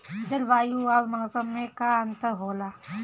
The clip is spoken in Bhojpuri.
जलवायु और मौसम में का अंतर होला?